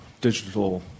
digital